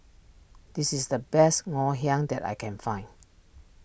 this is the best Ngoh Hiang that I can find